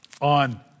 on